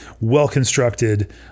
well-constructed